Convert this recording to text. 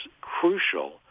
crucial